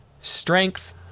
strength